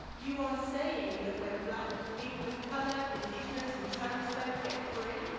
you are saying that when black people of color, indigenous and trans-folk get free,